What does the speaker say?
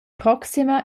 proxima